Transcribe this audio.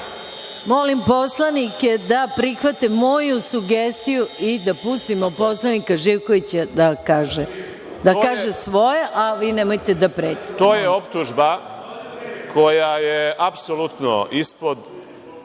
vas. Molim poslanike da prihvate moju sugestiju i da pustimo poslanika Živkovića da kaže svoje, a vi nemojte da pretite. **Zoran Živković** To je optužba koja je apsolutno ispod